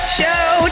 show